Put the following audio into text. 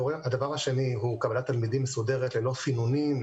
הדבר השני הוא קבלת תלמידים מסודרת ללא סינונים,